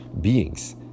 beings